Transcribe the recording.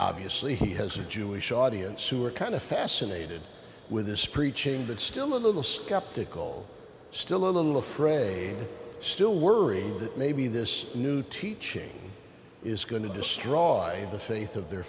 obviously he has a jewish audience who are kind of fascinated with this preaching but still a little skeptical still i'm afraid still worried that maybe this new teaching is going to destroy the faith of their